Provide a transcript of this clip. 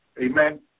Amen